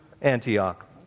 Antioch